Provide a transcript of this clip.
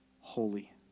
holy